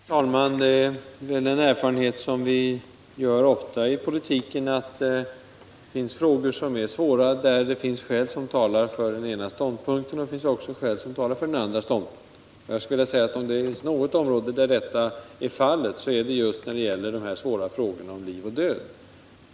Herr talman! En erfarenhet som vi ofta gör i politiken är att det finns frågor som är svåra, där det finns skäl som talarför den ena ståndpunkten men också skäl för den andra ståndpunkten. Om det är något område där detta är fallet, är det de frågor om liv och död som vi nu behandlar.